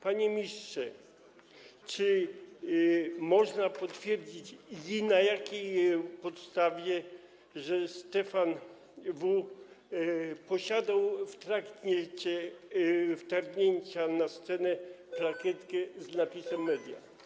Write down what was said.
Panie ministrze, czy można potwierdzić i na jakiej podstawie, że Stefan W. posiadał w trakcie wtargnięcia na scenę plakietkę z napisem „media”